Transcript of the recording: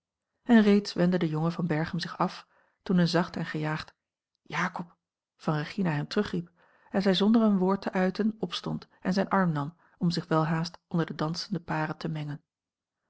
en reeds wendde de jonge van berchem zich af toen een zacht en gejaagd jakob van regina hem terugriep en zij zonder een woord te uiten opstond en zijn arm nam om zich welhaast onder de dansende paren te mengen